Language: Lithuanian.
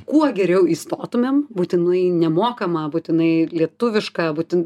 kuo geriau įstotumėm būtinai nemokamą būtinai lietuvišką būtin